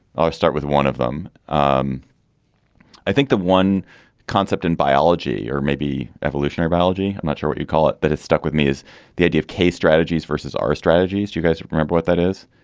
i'll start with one of them. um i think the one concept in biology or maybe evolutionary biology, i'm not sure what you call it, but it's stuck with me is the idea of k strategies versus our strategies you guys remember what that is?